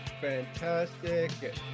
fantastic